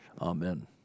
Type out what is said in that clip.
Amen